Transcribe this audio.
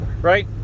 Right